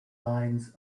lines